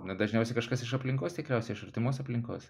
na dažniausiai kažkas iš aplinkos tikriausiai iš artimos aplinkos